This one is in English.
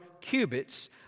cubits